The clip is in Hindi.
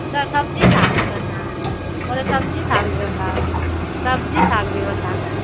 उधर सब्ज़ी साग भी होता है बोले सब्ज़ी साग भी होता है उधर सब्ज़ी साग भी होता है